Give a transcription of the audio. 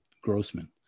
Grossman